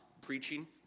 preaching